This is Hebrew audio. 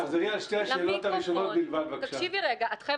האם מותר